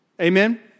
Amen